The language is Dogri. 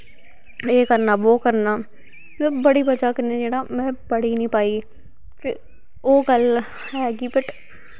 एह् करना बो करना ते बड़ी बज़ा कन्नै जेह्ड़ी में पढ़ी नी पाई ते ओहे गल्ल ऐ कि बट